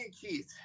Keith